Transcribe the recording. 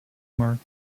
marked